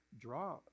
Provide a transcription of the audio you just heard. draw